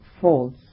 false